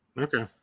Okay